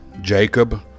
Jacob